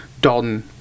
Dalton